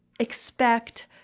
expect